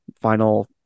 final